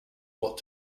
what